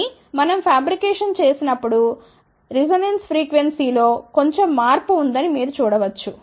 కానీ మనం ఫాబ్రికేషన్ చేసినప్పుడు రిసొనెన్స్ ఫ్రీక్వెన్సీ లో కొంచెం మార్పు ఉందని మీరు చూడ వచ్చు